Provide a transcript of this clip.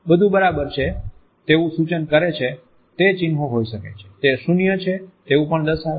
બધું બરાબર છે તેવું સૂચન કરે તે ચિહ્ન હોય શકે છે તે શૂન્ય છે તેવું પણ દર્શાવે છે